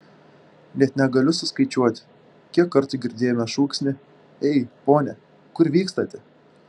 net negaliu suskaičiuoti kiek kartų girdėjome šūksnį ei pone kur vykstate